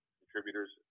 contributors